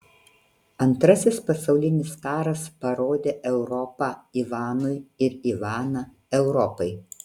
antrasis pasaulinis karas parodė europą ivanui ir ivaną europai